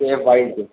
اے five کے